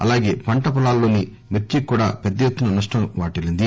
అలాగే పంట పొలాల్లోని మిర్చికి కూడా పెద్ద ఎత్తున నష్టం వాటిల్లింది